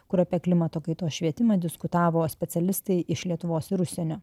kur apie klimato kaitos švietimą diskutavo specialistai iš lietuvos ir užsienio